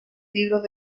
libros